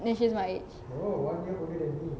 then she's my age or younger than me